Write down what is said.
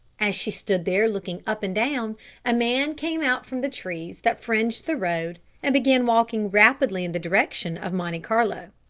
as she stood there looking up and down a man came out from the trees that fringed the road and began walking rapidly in the direction of monte carlo.